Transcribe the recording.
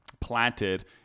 planted